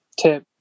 tip